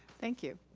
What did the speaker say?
thank you.